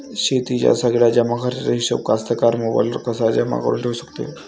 शेतीच्या सगळ्या जमाखर्चाचा हिशोब कास्तकार मोबाईलवर कसा जमा करुन ठेऊ शकते?